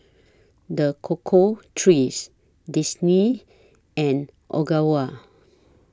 The Cocoa Trees Disney and Ogawa